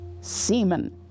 Semen